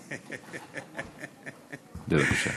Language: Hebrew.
בבקשה.